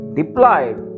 deployed